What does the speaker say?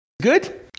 Good